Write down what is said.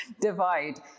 divide